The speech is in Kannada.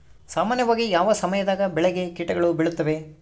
ಸಾಮಾನ್ಯವಾಗಿ ಯಾವ ಸಮಯದಾಗ ಬೆಳೆಗೆ ಕೇಟಗಳು ಬೇಳುತ್ತವೆ?